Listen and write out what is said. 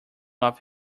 off